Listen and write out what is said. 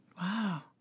Wow